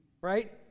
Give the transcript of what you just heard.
right